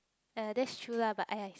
!aiya! that's true lah but